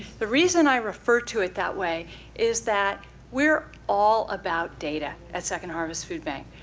the reason i refer to it that way is that we're all about data at second harvest food bank.